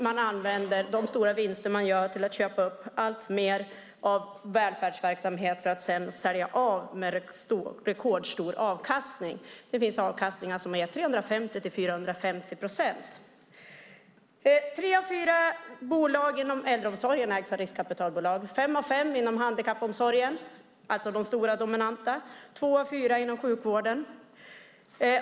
De använder de stora vinster de gör till att köpa upp allt fler välfärdsverksamheter för att sedan sälja av dem med rekordstor avkastning. Det finns avkastningar på 350-450 procent. Tre av fyra bolag inom äldreomsorgen, fem av fem bolag inom handikappomsorgen och två av fyra bolag inom sjukvården ägs av riskkapitalbolag.